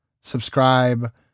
subscribe